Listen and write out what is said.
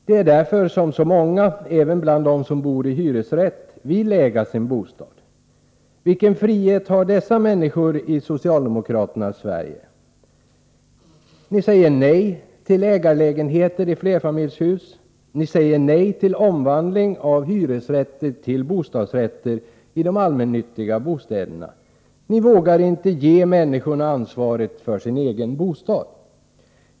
Det är därför som så många, även bland dem som bor i hyresrättslägenheter, vill äga sin bostad. Vilken frihet har dessa människor i socialdemokraternas Sverige? Ni säger nej till ägarlägenheter i flerfamiljshus. Ni säger nej till omvandling av hyresrättslägenheter till bostadsrättslägenheter i de allmännyttiga bostadsföretagen. Ni vågar inte ge människorna ansvaret för sin egen bostad.